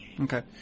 Okay